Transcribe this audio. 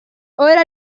ora